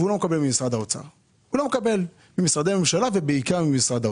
והוא לא מקבל אותם ממשרדי ממשלה ובעיקר ממשרד האוצר.